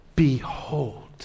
Behold